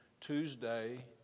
Tuesday